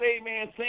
amen